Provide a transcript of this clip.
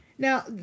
Now